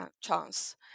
chance